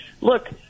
look